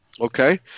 Okay